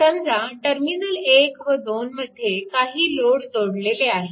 समजा टर्मिनल 1 व 2 मध्ये काही लोड जोडलेले आहे